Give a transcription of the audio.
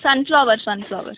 sunflower sunflower